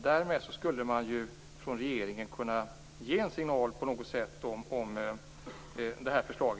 Därmed skulle regeringen kunna ge en signal om att det finns ett förslag.